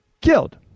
Killed